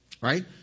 Right